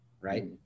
right